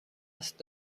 است